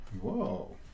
Whoa